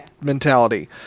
mentality